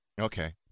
okay